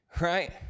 right